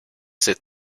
sit